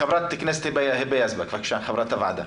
חברת הכנסת היבה יזבק, בבקשה, חברת הוועדה.